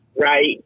right